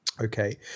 okay